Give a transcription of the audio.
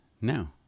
no